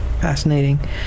Fascinating